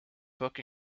book